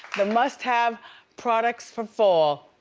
the must have products for fall.